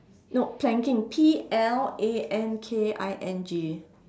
no planking P L A N K I N G